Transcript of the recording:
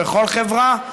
ובכל חברה,